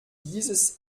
dieses